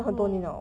!whoa!